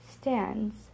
stands